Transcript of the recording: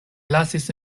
lasis